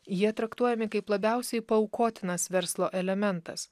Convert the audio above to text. jie traktuojami kaip labiausiai paaukotinas verslo elementas